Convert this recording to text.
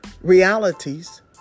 realities